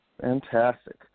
Fantastic